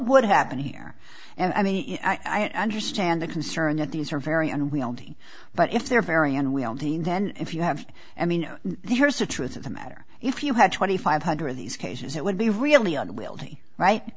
would happen here and i mean i understand the concern that these are very unwieldy but if they're very unwieldy then if you have i mean there's the truth of the matter if you had twenty five hundred these cases it would be really unwieldy right